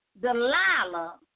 Delilah